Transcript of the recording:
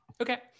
Okay